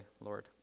Lord